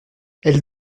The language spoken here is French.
elle